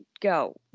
go